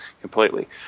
completely